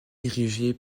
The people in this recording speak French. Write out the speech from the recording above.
érigée